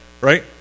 Right